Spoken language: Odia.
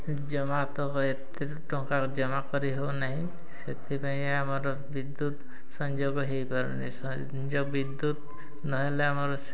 ଜମା ତ ଏତେ ଟଙ୍କା ଜମା କରିହଉନାହିଁ ସେଥିପାଇଁ ଆମର ବିଦ୍ୟୁତ ସଂଯୋଗ ହେଇପାରୁନି ବିଦ୍ୟୁତ ନହେଲେ ଆମର